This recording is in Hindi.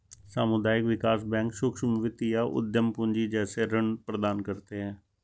सामुदायिक विकास बैंक सूक्ष्म वित्त या उद्धम पूँजी जैसे ऋण प्रदान करते है